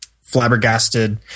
flabbergasted